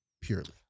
purely